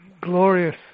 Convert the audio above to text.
glorious